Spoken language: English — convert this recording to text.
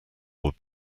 would